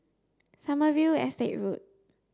Sommerville Estate Road